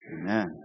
Amen